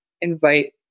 invite